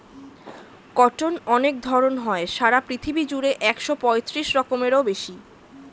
cotton অনেক ধরণ হয়, সারা পৃথিবী জুড়ে একশো পঁয়ত্রিশ রকমেরও বেশি